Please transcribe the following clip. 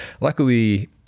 luckily